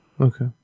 okay